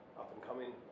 up-and-coming